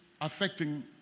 affecting